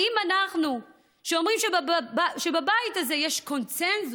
האם אנחנו, שאומרים שבבית הזה יש קונסנזוס